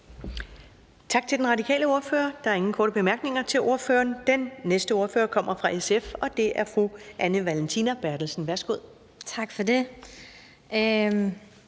Tak til Radikale Venstres ordfører. Der er ikke nogen korte bemærkninger til ordføreren. Den næste ordfører er fra SF, og det er fru Anna Brændemose. Værsgo. Kl.